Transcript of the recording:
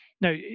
no